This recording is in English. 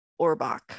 Orbach